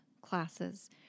classes